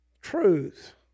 truth